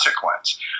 consequence